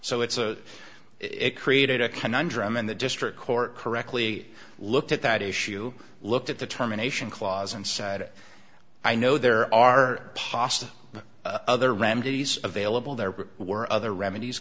so it's a it created a conundrum and the district court correctly looked at that issue looked at the terminations clause and said i know there are possible other remedies available there were other remedies